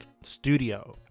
studio